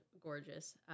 gorgeous